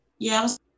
Yes